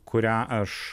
kurią aš